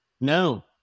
No